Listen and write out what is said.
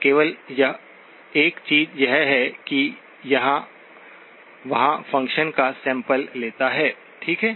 केवल एक चीज यह है कि यह वहाँ फ़ंक्शन का सैंपलिंग लेता है ठीक है